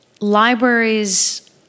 Libraries